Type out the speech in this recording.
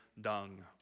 dung